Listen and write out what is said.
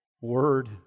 word